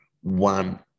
One